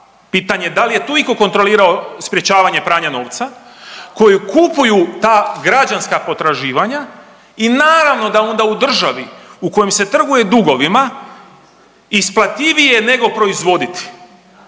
pitanje je dal je tu iko kontrolirao sprječavanje pranja novca, koji kupuju ta građanska potraživanja i naravno da onda u državi u kojoj se trguje dugovima isplativije je nego proizvoditi